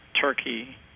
Turkey